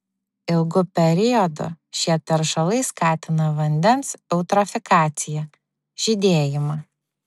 ilgu periodu šie teršalai skatina vandens eutrofikaciją žydėjimą